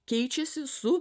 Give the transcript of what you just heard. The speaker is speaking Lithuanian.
keičiasi su